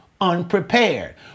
unprepared